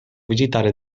visitare